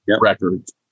Records